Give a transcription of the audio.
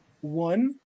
one